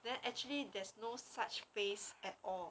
then actually there's no such face at all